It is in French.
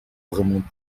vraiment